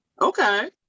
okay